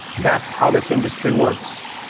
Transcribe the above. that's how this industry works.